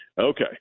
Okay